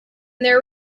there